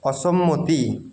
অসম্মতি